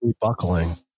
buckling